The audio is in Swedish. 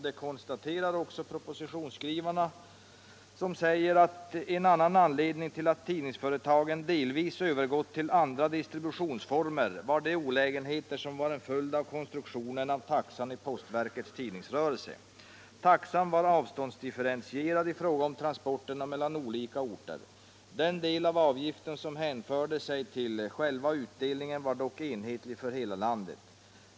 Det konstaterar också propositionsskrivarna, som säger: ”En annan anledning till att tidningsföretagen delvis övergått till andra distributionsformer var de olägenheter som var en följd av konstruktionen av taxan i postverkets tidningsrörelse. Taxan var avståndsdifferentierad i fråga om transporterna mellan olika orter. Den del av avgiften som hänförde sig till själva utdelningen var dock enhetlig för hela landet.